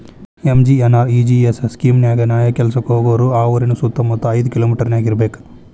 MGNREGS scheme ನ್ಯಾಯ ಕೆಲ್ಸಕ್ಕ ಹೋಗೋರು ಆ ಊರಿನ ಸುತ್ತಮುತ್ತ ಐದ್ ಕಿಲೋಮಿಟರನ್ಯಾಗ ಇರ್ಬೆಕ್